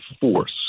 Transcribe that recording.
force